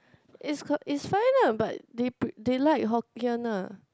it's c~ it's fine lah but they pre~ they like Hokkien ah